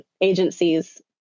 agencies